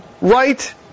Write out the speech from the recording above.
right